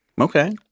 Okay